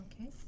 Okay